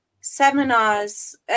seminars